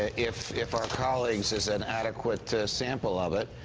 ah if if our colleague is an adequate sample of it,